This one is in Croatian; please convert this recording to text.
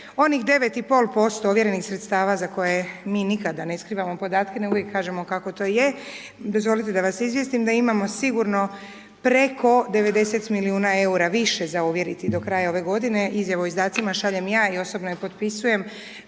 onih 9,5% ovjerenih sredstava za koje mi nikada ne skrivamo podatke, nego uvijek kažemo kako to je. Dozvolite da vas izvijestim da imamo sigurno preko 90 milijuna EUR-a više za ovjeriti do kraja ove godine. Izjavu o izdacima šaljem ja i osobno ju potpisujem,